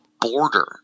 border